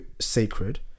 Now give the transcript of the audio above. sacred